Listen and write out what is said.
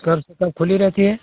कब से कब खुली रहती है